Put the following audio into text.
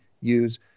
use